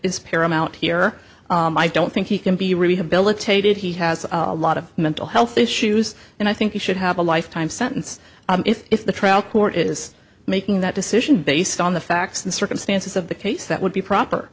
is paramount here or i don't think he can be rehabilitated he has a lot of mental health issues and i think he should have a lifetime sentence if the trial court is making that decision based on the facts and circumstances of the case that would be proper